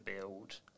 build